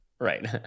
Right